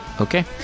Okay